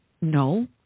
No